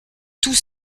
tous